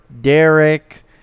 Derek